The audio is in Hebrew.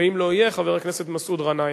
ואם לא יהיה, חבר הכנסת מסעוד גנאים.